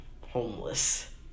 homeless